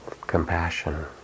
compassion